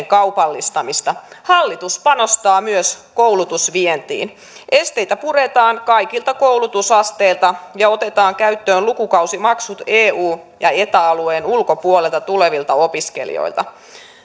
kaupallistamista hallitus panostaa myös koulutusvientiin esteitä puretaan kaikilta koulutusasteilta ja otetaan käyttöön lukukausimaksut eu ja eta alueen ulkopuolelta tulevilta opiskelijoilta